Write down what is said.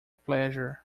pleasure